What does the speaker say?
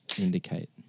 indicate